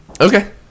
Okay